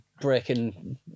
breaking